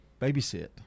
babysit